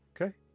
Okay